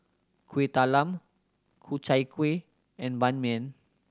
Kuih Talam Ku Chai Kueh and Ban Mian